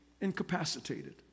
incapacitated